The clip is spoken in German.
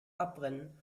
abbrennen